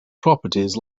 properties